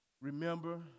remember